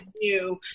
new